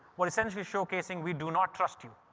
were essentially showcasing we do not trust you.